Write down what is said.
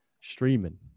streaming